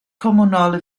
kommunale